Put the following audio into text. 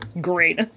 Great